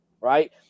right